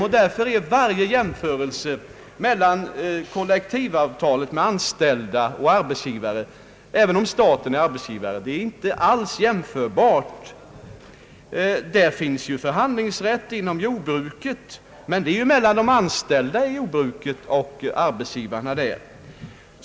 Därför är det inte möjligt att göra någon jämförelse med kollektivavtalen med anställda och arbetsgivare. Det finns förhandlingsrätt inom jordbruket, men det är mellan de anställda och arbetsgivarna inom jordbruket.